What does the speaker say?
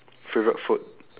favourite food